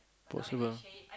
possible